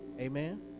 Amen